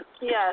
Yes